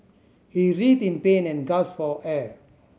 he writhed in pain and gasped for air